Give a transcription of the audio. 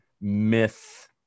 myth